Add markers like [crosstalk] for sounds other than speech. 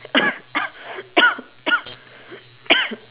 [coughs]